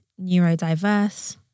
neurodiverse